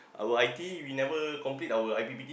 our I_T we never complete our I_P_P_T